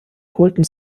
holten